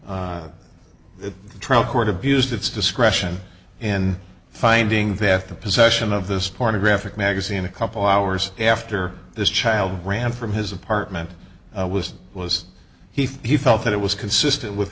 trial court abused its discretion in finding that the possession of this pornographic magazine a couple hours after this child ran from his apartment was was he felt that it was consistent with